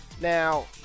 Now